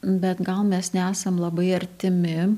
bet gal mes nesam labai artimi